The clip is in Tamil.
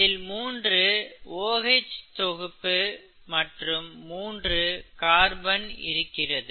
இதில் மூன்று OH தொகுப்பு மற்றும் மூன்று கார்பன் கார்பன் இருக்கிறது